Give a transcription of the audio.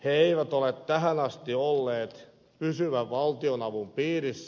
järjestö ei ole tähän asti ollut pysyvän valtionavun piirissä